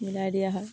মিলাই দিয়া হয়